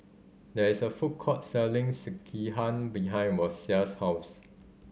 there is a food court selling Sekihan behind Rosia's house